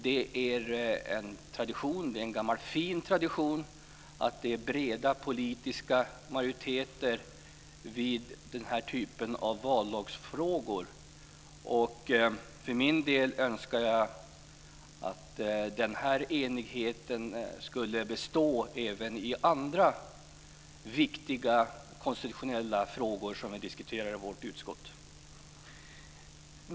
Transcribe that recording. Det är en gammal fin tradition att det är breda politiska majoriteter vid den här typen av vallagsfrågor. För min del önskar jag att denna enighet skulle bestå även i andra viktiga konstitutionella frågor som vi diskuterar i vårt utskott.